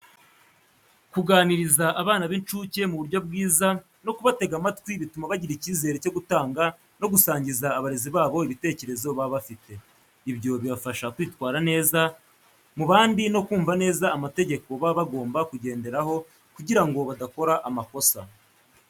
Kuganiriza abana b'incuke mu buryo bwiza no kubatega amatwi bituma bagira icyizere cyo gutanga no gusangiza abarezi babo ibitekerezo baba bafite. Ibyo bibafasha kwitwara neza mu bandi no kumva neza amategeko baba bagomba kugenderaho kugira ngo badakora amakosa.